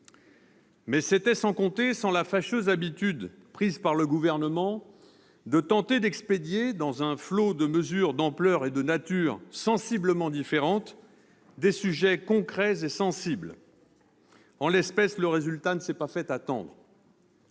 Mais c'était sans compter la fâcheuse habitude prise par le Gouvernement de tenter d'expédier, dans un flot de mesures d'ampleur et de nature sensiblement différentes, des sujets concrets et délicats. En l'espèce, le résultat ne s'est pas fait attendre.